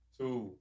two